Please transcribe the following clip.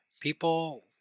People